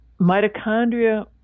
mitochondria